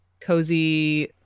Cozy